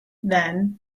then